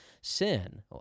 sin